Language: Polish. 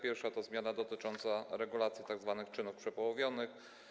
Pierwsza to zmiany dotyczące regulacji tzw. czynów przepołowionych.